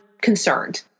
concerned